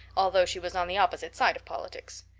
although she was on the opposite side of politics.